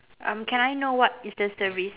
um can I know what is the service